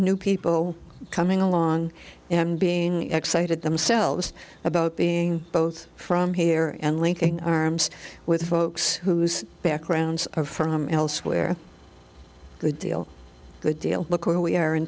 new people coming along and being excited themselves about being both from here and linking arms with folks whose backgrounds are from elsewhere good deal good deal look where we are in